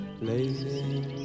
blazing